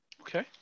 Okay